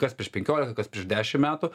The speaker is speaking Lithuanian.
kas prieš penkiolika kas prieš dešimt metų